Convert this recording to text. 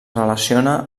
relaciona